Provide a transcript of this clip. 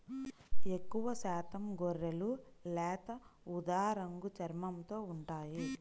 ఎక్కువశాతం గొర్రెలు లేత ఊదా రంగు చర్మంతో ఉంటాయి